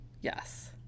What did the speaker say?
Yes